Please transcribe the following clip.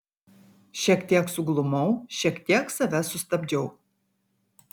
šiek tiek suglumau šiek tiek save sustabdžiau